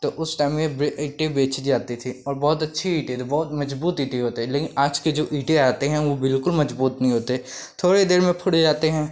तो उस टाइम में यह ईंटें बेची जाती थी और बहुत अच्छी ईंटें थी बहुत मज़बूत ईंटें होती लेकिन आज के जो ईंटें आते हैं वह बिल्कुल मज़बूत नहीं होते थोड़ी देर में फ़ुट जाते हैं